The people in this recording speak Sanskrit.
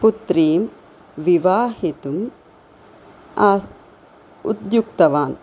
पुत्रीं विवाहितुम् आस्त् उद्युक्तवान्